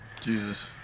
Jesus